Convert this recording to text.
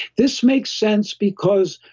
this makes sense because,